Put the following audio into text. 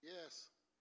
Yes